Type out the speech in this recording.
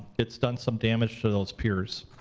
it's done some damage to those piers.